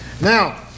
Now